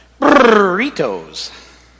burritos